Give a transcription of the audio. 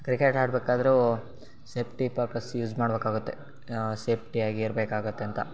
cricket ಆಡಬೇಕಾದ್ರೂ safety purpose use ಮಾಡ್ಬೇಕಾಗುತ್ತೆ ಸೇಪ್ಟಿಯಾಗಿ ಇರ್ಬೇಕಾಗತ್ತೆ ಅಂತ